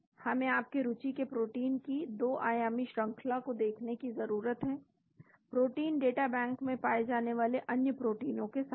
हमें आपके रुचि के प्रोटीन की 2 आयामी श्रंखला को देखने की जरूरत है प्रोटीन डेटा बैंक में पाए जाने वाले अन्य प्रोटीनों के साथ